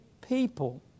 people